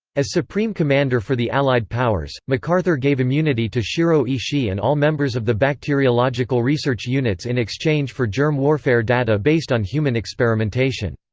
as supreme commander for the allied powers, macarthur gave immunity to shiro ishii and all members of the bacteriological research units in exchange for germ warfare data based on human experimentation.